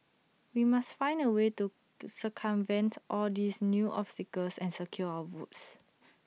we must find A way to the circumvent all these new obstacles and secure our votes